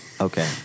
okay